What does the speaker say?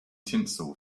tinsel